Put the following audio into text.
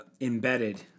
embedded